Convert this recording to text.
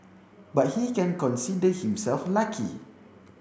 but he can consider himself lucky